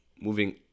Moving